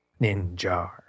ninja